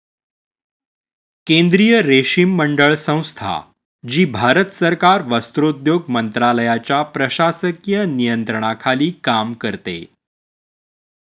केंद्रीय रेशीम मंडळ संस्था, जी भारत सरकार वस्त्रोद्योग मंत्रालयाच्या प्रशासकीय नियंत्रणाखाली काम करते